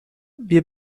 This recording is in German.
wir